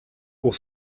pour